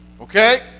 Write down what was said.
Okay